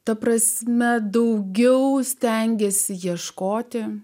ta prasme daugiau stengėsi ieškoti